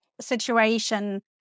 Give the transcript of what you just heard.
situation